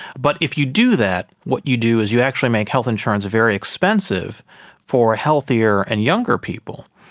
but if you do that, what you do is you actually make health insurance very expensive for healthier and younger people,